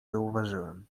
zauważyłem